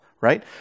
right